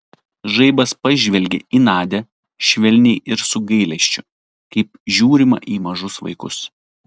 žaibas pažvelgė į nadią švelniai ir su gailesčiu kaip žiūrima į mažus vaikus